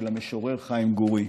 של המשורר חיים גורי,